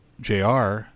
jr